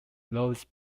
loads